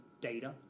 data